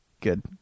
good